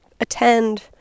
attend